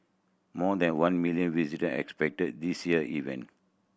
more than one million visitor are expected this year event